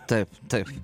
taip taip